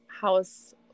house